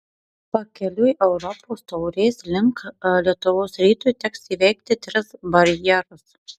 pakeliui europos taurės link lietuvos rytui teks įveikti tris barjerus